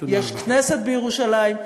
יש כנסת בירושלים,